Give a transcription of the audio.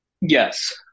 Yes